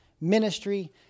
ministry